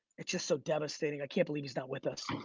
it's just so devastating. i can't believe he's not with us.